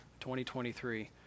2023